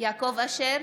יעקב אשר,